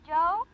Joe